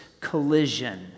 collision